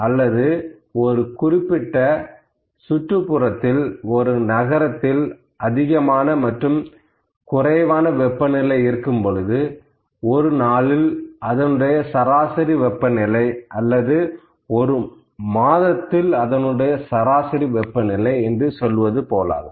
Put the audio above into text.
இது ஒரு குறிப்பிட்ட சுற்றுப்புறத்தில் ஒரு நகரத்தில் அதிகமான மற்றும் குறைவான வெப்பநிலை இருக்கும் பொழுது ஒரு நாளில் அதனுடைய சராசரி வெப்பநிலை அல்லது ஒரு மாதத்தில் அதனுடைய சராசரி வெப்பநிலை என்று சொல்வது போல் ஆகும்